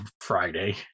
Friday